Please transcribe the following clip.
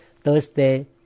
Thursday